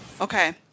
Okay